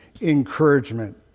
encouragement